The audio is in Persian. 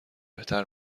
بهتر